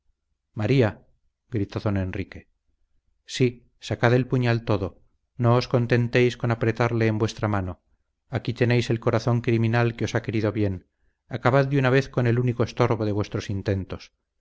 maría gritó don enrique sí sacad el puñal todo no os contentéis con apretarle en vuestra mano aquí tenéis el corazón criminal que os ha querido bien acabad de una vez con el único estorbo de vuestros intentos